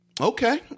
Okay